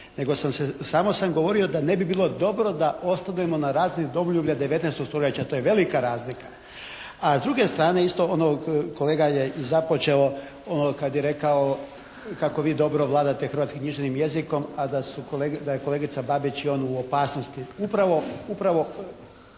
se, samo sam govorio da ne bi bilo dobro da ostanemo na razini domoljublja 19. stoljeća. To je velika razlika. A s druge strane isto ono kolega je i započeo, ono kad je rekao kako vi dobro vladate hrvatskim književnim jezikom, a da je kolegica Babić i on u opasnosti.